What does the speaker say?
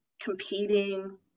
competing